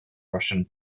russian